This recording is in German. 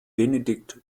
benedikt